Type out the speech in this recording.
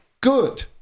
Good